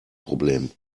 problem